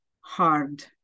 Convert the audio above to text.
hard